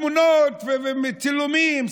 תמונות וצילומים,